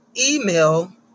email